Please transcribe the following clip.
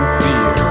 fear